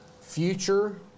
future